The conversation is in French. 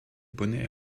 bonnets